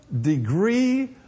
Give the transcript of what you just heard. degree